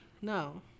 no